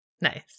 Nice